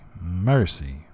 mercy